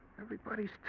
Everybody's